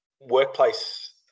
workplace